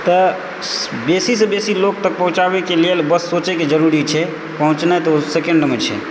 तऽ बेसी सँ बेसी लोक तक पहुँचाबै लेल बस सोचैके जरुरति छैक पहुँचनाइ तऽ ओ सेकण्डमे छै